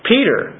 Peter